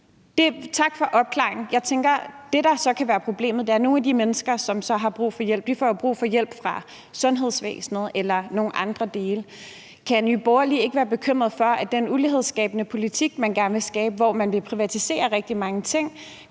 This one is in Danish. Tak for opklaringen. Jeg tænker, at det, der så kan være problemet, er, at nogle af de mennesker, som så har brug for hjælp, får brug for hjælp fra sundhedsvæsenet eller fra nogle andre steder. Kan Nye Borgerlige ikke være bekymret for, at den ulighedsskabende politik, som man gerne vil føre, hvor man vil privatisere rigtig mange ting,